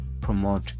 promote